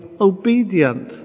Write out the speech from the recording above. obedient